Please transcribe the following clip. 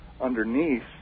underneath